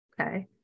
Okay